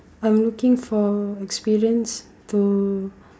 I'm looking for experience to